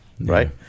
right